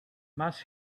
must